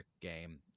game